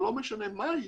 לא משנה מה היא,